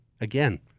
Again